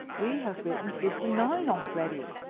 we have written fifty-nine already!